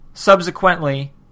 Subsequently